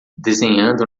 desenhando